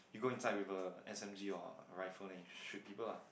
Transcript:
you go inside with a S_M_G or rifle then you shoot people lah